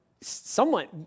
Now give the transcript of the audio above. somewhat